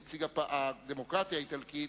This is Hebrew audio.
נציג הדמוקרטיה האיטלקית,